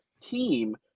team